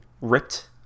ripped